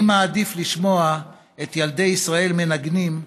אני מעדיף לשמוע את ילדי ישראל מנגנים,